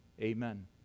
Amen